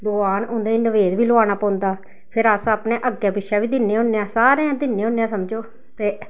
भगवान उं'दे च नबेद बी लोआना पौंदा फिर अस अपने अग्गें पिच्छें बी दिन्ने होन्ने आं सारें गी दिन्ने होन्ने आं समझो ते